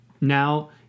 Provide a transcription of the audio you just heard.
now